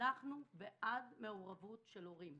אנחנו בעד מעורבות של הורים.